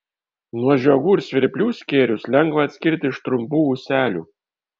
nuo žiogų ir svirplių skėrius lengva atskirti iš trumpų ūselių